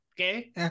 Okay